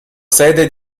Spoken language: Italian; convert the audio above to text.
sede